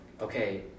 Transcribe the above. okay